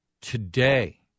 today